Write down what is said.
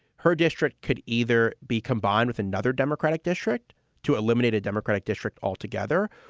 her district could either be combined with another democratic district to eliminate a democratic district altogether.